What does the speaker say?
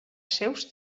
seus